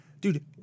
dude